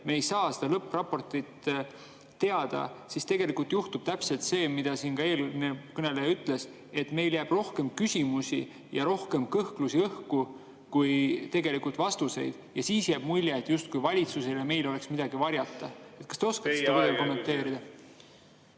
me ei saa seda lõppraportit teada, siis tegelikult juhtub täpselt see, mida ka eelkõneleja ütles, et meil jääb rohkem küsimusi ja rohkem kõhklusi õhku kui tegelikult vastuseid, ja siis jääb mulje, et justkui valitsusel ja meil oleks midagi varjata? Teie aeg, hea küsija!